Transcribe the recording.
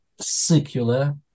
secular